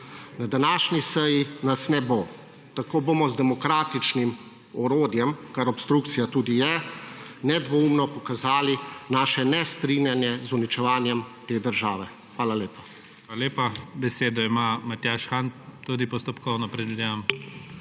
na današnji seji ne bo. Tako bomo z demokratičnim orodjem, kar obstrukcija tudi je, nedvoumno pokazali svoje nestrinjanje z uničevanjem te države. Hvala lepa. **PREDSEDNIK IGOR ZORČIČ:** Hvala lepa. Besedo ima Matjaž Han. Tudi postopkovno, predvidevam.